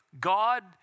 God